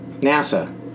NASA